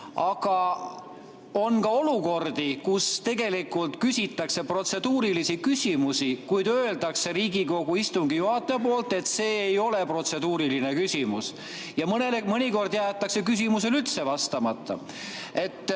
Aga on ka olukordi, kus tegelikult küsitakse protseduurilisi küsimusi, kuid istungi juhataja ütleb, et see ei ole protseduuriline küsimus. Ja mõnikord jäetakse küsimusele üldse vastamata.